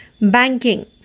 banking